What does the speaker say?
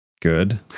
Good